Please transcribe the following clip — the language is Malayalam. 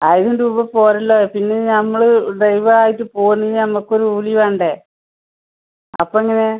ആയിരം രൂപ പോരല്ലോ പിന്നെ നമ്മൾ ഡൈവലായിട്ട് പോവുന്ന ഞമ്മക്കൊരൂലി വേണ്ടേ അപ്പെങ്ങനെ